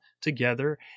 together